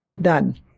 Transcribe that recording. done